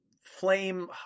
flame